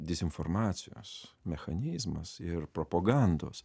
dezinformacijos mechanizmas ir propogandos